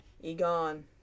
Egon